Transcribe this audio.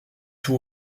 tout